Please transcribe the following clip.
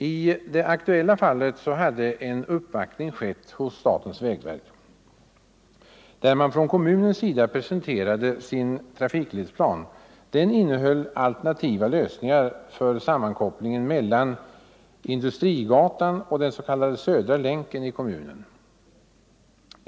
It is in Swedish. I det aktuella fallet hade en uppvaktning skett hos statens vägverk, där man från kommunens sida presenterade sin trafikledsplan. Den innehöll alternativa lösningar för sammankopplingen mellan Industrigatan och den s.k. Södra länken i kommunen.